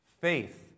faith